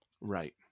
Right